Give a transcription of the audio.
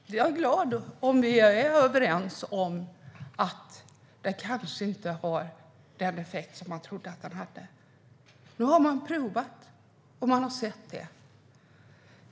Herr talman! Jag är glad om vi är överens om att den kanske inte har den effekt man trodde. Nu har man prövat, och man har sett det.